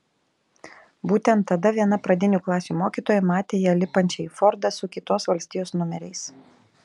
būtent tada viena pradinių klasių mokytoja matė ją lipančią į fordą su kitos valstijos numeriais